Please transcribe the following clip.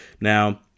now